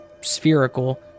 spherical